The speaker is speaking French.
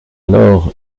alors